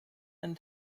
and